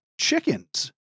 chickens